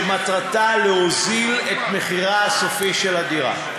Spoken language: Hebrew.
שמטרתה להוריד את מחירה הסופי של הדירה.